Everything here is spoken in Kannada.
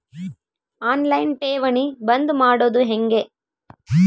ಆನ್ ಲೈನ್ ಠೇವಣಿ ಬಂದ್ ಮಾಡೋದು ಹೆಂಗೆ?